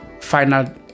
final